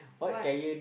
what